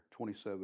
27